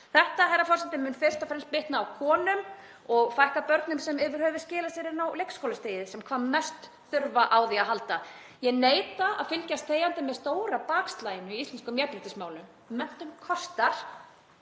Þetta, herra forseti, mun fyrst og fremst bitna á konum og fækka börnum sem yfir höfuð skila sér inn á leikskólastigið sem hvað mest þurfa á því að halda. Ég neita að fylgjast þegjandi með stóra bakslaginu í íslenskum jafnréttismálum. Menntun kostar